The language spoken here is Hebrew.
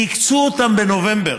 כי הקצו בנובמבר